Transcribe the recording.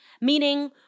meaning